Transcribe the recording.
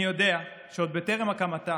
אני יודע שעוד בטרם הקמתה,